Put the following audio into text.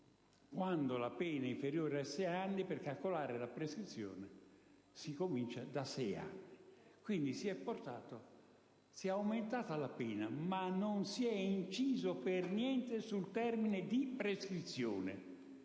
quando la pena è inferiore a sei anni, per calcolare la prescrizione si comincia dai sei anni. In sostanza, si è aumentata la pena, senza incidere minimamente sul termine di prescrizione.